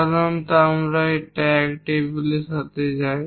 সাধারণত আমরা একটি ট্যাগ টেবিলের সাথে যাই